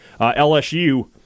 LSU